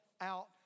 out